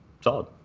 solid